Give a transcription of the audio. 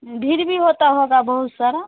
भीड़ भी होती होगी बहुत सारी